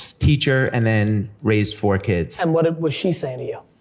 teacher and then raised four kids. and what was she saying to you?